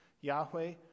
Yahweh